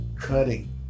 cutting